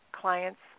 clients